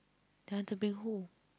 they want to bring home